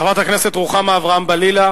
חברת הכנסת רוחמה אברהם-בלילא,